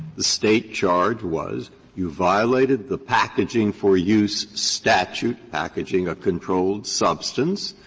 the state charge was you violated the packaging for use statute, packaging a controlled substance,